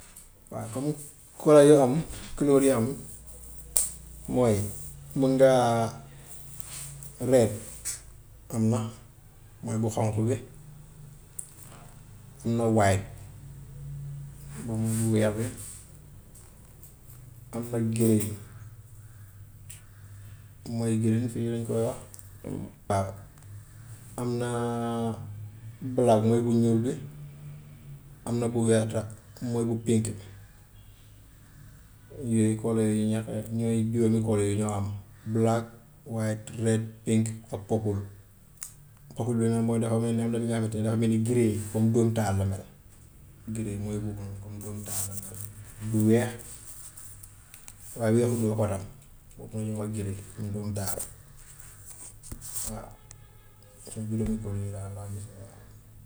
Waa comme color yaram couleur yaram mooy mun ngaa red am na mooy bu xonk bi am na white boobu mooy bu weex bi, am na grey mooy grey fii dañ koo wax, am na black mooy bu ñuul bi am na bu mooy bu pink. Yooyu color yooyu ñoo fi ñooy juróomi color yooyu ñoo am black, white, red, pink, ak purple, purple bi nga xam, mooy bi nga xame ne mooy bi nga xamante ne dafa mel ni grey comme dóomu taal la mel grey mooy boobu noonu comme dóomu taal la mel bu weex waaye weex bi dafa rax, boobu lañuy wax grey mooy dóomu taal waa juróomi color yooyu daal laa gis ne daal.